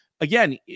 again